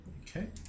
Okay